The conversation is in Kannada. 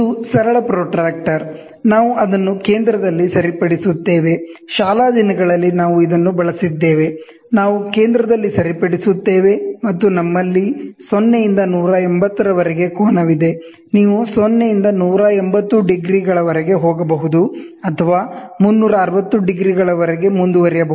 ಇದು ಸರಳ ಪ್ರೊಟ್ರಾಕ್ಟರ್ ನಾವು ಅದನ್ನು ಕೇಂದ್ರದಲ್ಲಿ ಫಿಕ್ಸ್ ಮಾಡುತ್ತೇವೆ ಶಾಲಾ ದಿನಗಳಲ್ಲಿ ನಾವು ಇದನ್ನು ಬಳಸಿದ್ದೇವೆ ನಾವು ಕೇಂದ್ರದಲ್ಲಿ ಫಿಕ್ಸ್ ಮಾಡುತ್ತೇವೆ ಮತ್ತು ನಮ್ಮಲ್ಲಿ 0 ರಿಂದ 180 ರವರೆಗೆ ಕೋನವಿದೆ ನೀವು 0 ರಿಂದ 180 ಡಿಗ್ರಿಗಳವರೆಗೆ ಹೋಗಬಹುದು ಅಥವಾ 360 ಡಿಗ್ರಿಗಳವರೆಗೆ ಮುಂದುವರಿಯಬಹುದು